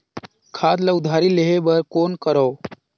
खाद ल उधारी लेहे बर कौन करव?